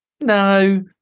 no